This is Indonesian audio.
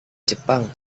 jepang